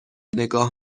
نگاه